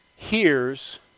hears